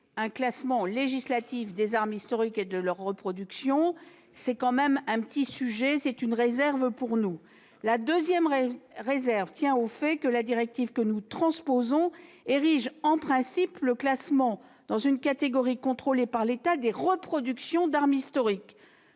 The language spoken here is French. un classement législatif des armes historiques et de leur reproduction. Nous émettons une première réserve sur ce point. La deuxième réserve tient au fait que la directive que nous transposons érige en principe le classement dans une catégorie contrôlée par l'État des reproductions d'armes historiques.